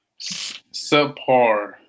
subpar